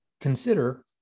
consider